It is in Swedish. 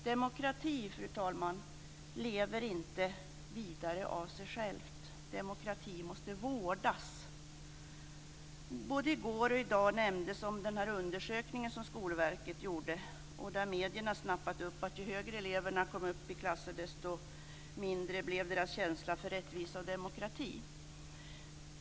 Demokrati, fru talman, lever inte vidare av sig själv. Demokratin måste vårdas. Både i går och i dag nämndes den undersökning som Skolverket gjorde och där medierna snappat upp att ju högre elever kommer upp i klasserna, desto mindre är deras känsla för rättvisa och demokrati.